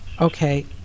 Okay